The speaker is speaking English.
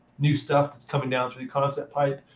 new stuff that's coming down through the concept pipe.